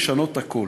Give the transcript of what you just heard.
לשנות את הכול.